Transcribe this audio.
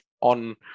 on